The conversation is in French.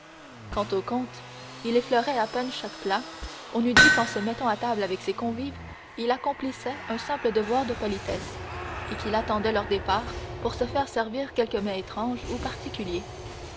quant au comte il effleurait à peine chaque plat on eût dit qu'en se mettant à table avec ses convives il accomplissait un simple devoir de politesse et qu'il attendait leur départ pour se faire servir quelque mets étrange ou particulier